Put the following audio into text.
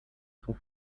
ton